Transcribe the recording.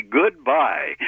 goodbye